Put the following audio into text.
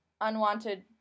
unwanted